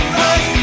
right